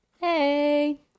Hey